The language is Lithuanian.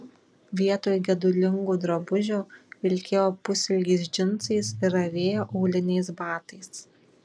vietoj gedulingų drabužių vilkėjo pusilgiais džinsais ir avėjo auliniais batais